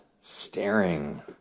staring